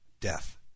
death